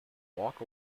walk